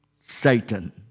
Satan